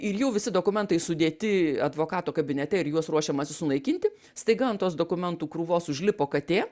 ir jau visi dokumentai sudėti advokato kabinete ir juos ruošiamasi sunaikinti staiga ant tos dokumentų krūvos užlipo katė